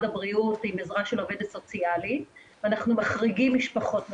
הבריאות עם עזרה של עובדת סוציאלית ואנחנו מחריגים משפחות מסוימות,